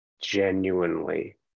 genuinely